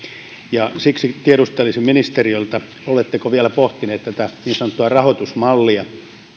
siksi tiedustelisin ministeriöltä oletteko vielä pohtineet tätä niin sanottua rahoitusmallia